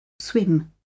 swim